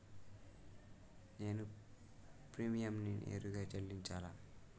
నేను ప్రీమియంని నేరుగా చెల్లించాలా?